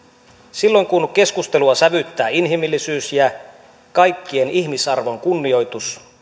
silloin kun keskustelua sävyttää inhimillisyys ja kaikkien ihmisarvon kunnioitus